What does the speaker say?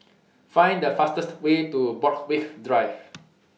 Find The fastest Way to Borthwick Drive